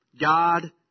God